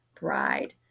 bride